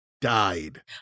died